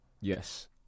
yes